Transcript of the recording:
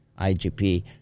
IGP